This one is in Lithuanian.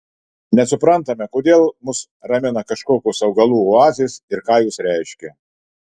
nesuprantame kodėl mus ramina kažkokios augalų oazės ir ką jos reiškia